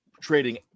trading